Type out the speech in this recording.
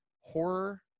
horror